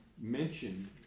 mentioned